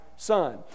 Son